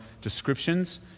descriptions